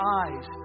eyes